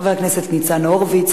חבר הכנסת ניצן הורוביץ,